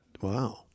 Wow